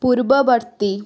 ପୂର୍ବବର୍ତ୍ତୀ